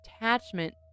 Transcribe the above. attachment